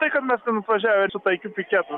tai kad mes ten atvažiavę su taikiu piketu